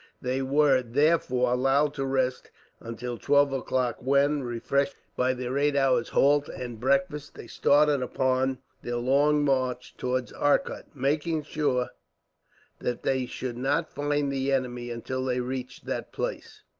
they were, therefore, allowed to rest until twelve o'clock when, refreshed by their eight hours' halt and breakfast, they started upon their long march towards arcot, making sure that they should not find the enemy until they reached that place.